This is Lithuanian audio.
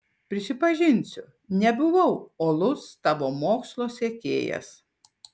prisipažinsiu nebuvau uolus tavo mokslo sekėjas